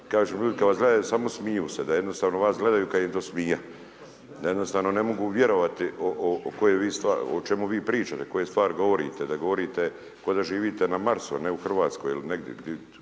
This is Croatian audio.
kažu ljudi kada vas gledaju samo smiju se, da jednostavno vas gledaju kada im je do smija, da jednostavno ne mogu vjerovati o čemu vi pričate, koje stvari govorite, da govorite kao da živite na Marsu a ne u Hrvatskoj ili negdje gdje